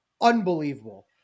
Unbelievable